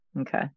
Okay